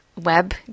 web